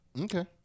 Okay